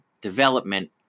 development